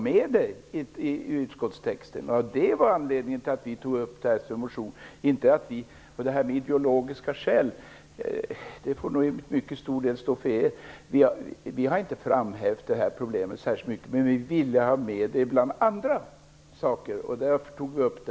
Herr talman! Vi ville inte ha med detta i utskottstexten. Det var anledningen till att vi tog upp frågan i vår motion. Det här med ideologiska skäl får nog till mycket stor del stå för er. Vi har inte framhävt detta problem särskilt mycket, men vi ville få med det bland andra saker. Det var därför som vi tog upp det.